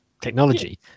technology